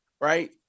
right